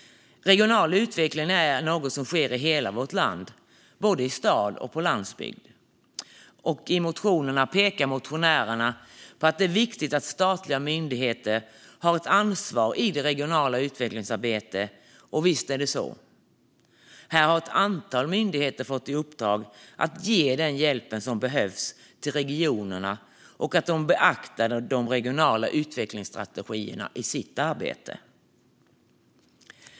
Regional utveckling är något som sker i hela vårt land, både i stad och på landsbygd. I motionerna pekar motionärerna på att det är viktigt att statliga myndigheter har ett ansvar i det regionala utvecklingsarbetet, och visst är det så. Här har ett antal myndigheter fått i uppdrag att ge den hjälp som behövs till regionerna, och de ska beakta de regionala utvecklingsstrategierna i sitt arbete.